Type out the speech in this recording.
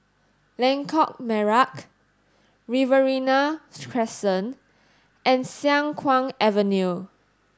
Lengkok Merak Riverina Crescent and Siang Kuang Avenue